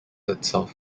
itself